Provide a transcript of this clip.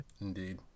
Indeed